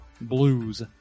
Blues